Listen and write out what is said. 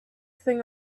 thing